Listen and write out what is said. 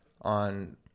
on